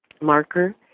marker